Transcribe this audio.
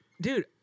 dude